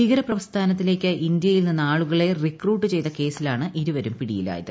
ഭീകര പ്രസ്ഥാനത്തിലേക്ക് ഇന്ത്യയിൽ നിന്ന് ആളുകളെ റിക്രൂട്ട് ചെയ്ത കേസിലാണ് ഇരുവരും പിടിയിലായത്